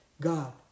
God